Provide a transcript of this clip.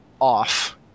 off